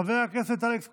חבר הכנסת אלכס קושניר,